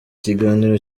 kiganiro